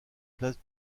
place